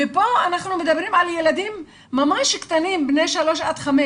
ופה אנחנו מדברים על ילדים ממש קטנים בני 3 עד 5,